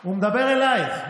הוא מדבר אלייך.